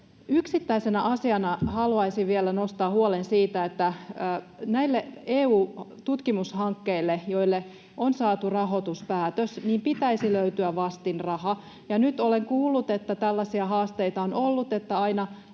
Yksittäisenä asiana haluaisin vielä nostaa huolen siitä, että näille EU-tutkimushankkeille, joille on saatu rahoituspäätös, pitäisi löytyä vastinraha. Nyt olen kuullut, että tällaisia haasteita on ollut, että aina